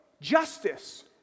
justice